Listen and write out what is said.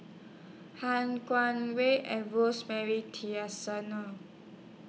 Han Guangwei and Rosemary Tessensohn No